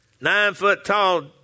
nine-foot-tall